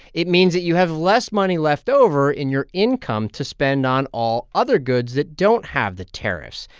it means that you have less money left over in your income to spend on all other goods that don't have the tariffs.